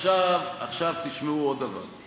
עכשיו תשמעו עוד דבר: